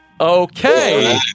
Okay